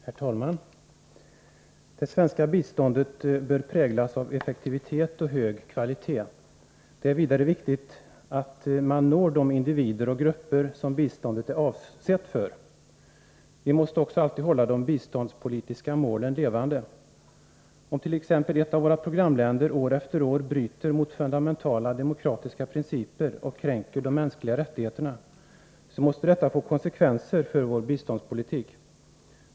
Herr talman! Det svenska biståndet bör präglas av effektivitet och hög kvalitet. Det är vidare viktigt att man når de individer och grupper som biståndet är avsett för. Vi måste också alltid hålla de biståndspolitiska målen levande. Om t.ex. ett av våra programländer år efter år bryter mot fundamentala demokratiska principer och kränker de mänskliga rättigheterna, måste detta få konsekvenser för vår biståndspolitik.